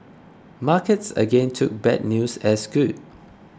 markets again took bad news as good